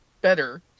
better